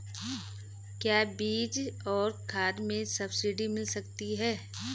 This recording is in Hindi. क्या बीज और खाद में सब्सिडी मिल जाती है?